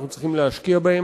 אנחנו צריכים להשקיע בהם,